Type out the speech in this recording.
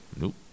Nope